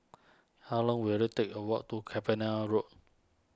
how long will it take a walk to Cavenagh Road